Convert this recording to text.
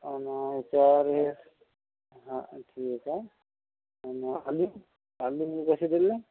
आणि चार हे आणखी एक हे आणि आले लिंबू कसे दिले